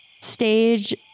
Stage